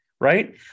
right